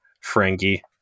Frankie